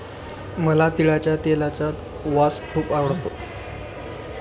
मला तिळाच्या तेलाचा वास खूप आवडतो